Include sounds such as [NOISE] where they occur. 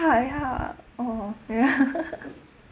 ya oh ya [LAUGHS]